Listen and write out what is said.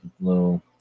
little